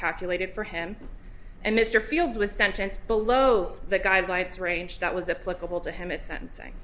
calculated for him and mr fields was sentence below the guy bites range that was a political to him it sentencing